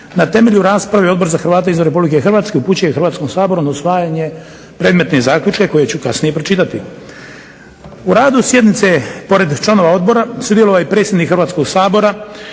Na temelju rasprave Odbor za Hrvate izvan Republike Hrvatske upućuje Hrvatskom saboru na usvajanje predmetne zaključke koje ću kasnije pročitati. U radu sjednice pored članova odbora sudjelovao je i predsjednik Hrvatskog sabora,